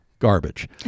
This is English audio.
garbage